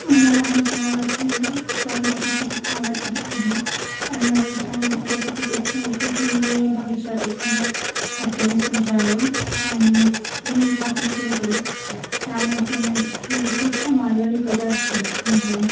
मला लहानपणापासून स्वयंपाकाची खूप आवड अस् आहे आण् माझी त्यासाठी खूप इच्छा होती की मी भविष्यात एखादं हटेल सुरू करावं आणि मी एक हॉटेल सुरू केलं त्यामध्ये विशेषत मालवणी पदार्थ म्हणजे